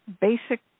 basic